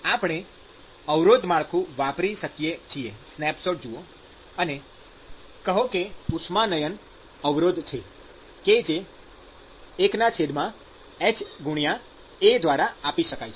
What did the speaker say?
આપણે અવરોધ માળખું વાપરી શકીએ છીએ સ્નેપશૉટ જુઓ અને કહો કે ઉષ્માનયન અવરોધ છે કે જે 1hA દ્વારા આપી શકાય છે